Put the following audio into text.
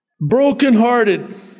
brokenhearted